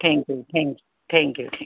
thank you thank you thank you thank